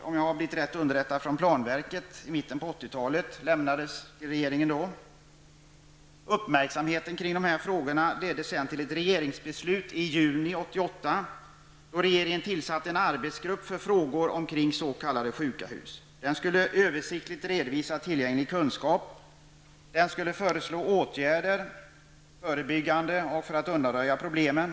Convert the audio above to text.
Om jag har blivit riktigt underrättad av planverket finns det en rapport om hus och hälsa, vilken avlämnades till regeringen i mitten av 80-talet. Uppmärksamheten kring de här sakerna ledde sedan till ett regeringsbeslut i juni 1988. Regeringen tillsatte då en arbetsgrupp för att handlägga frågor om s.k. sjuka hus. Den arbetsgruppen skulle översiktligt redovisa tillgänglig kunskap. Den skulle också föreslå dels förebyggande åtgärder, dels åtgärder i syfte att undanröjda uppkomna problem.